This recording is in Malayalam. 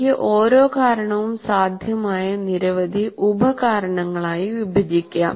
എനിക്ക് ഓരോ കാരണവും സാധ്യമായ നിരവധി ഉപ കാരണങ്ങളായി വിഭജിക്കാം